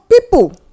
people